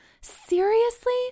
Seriously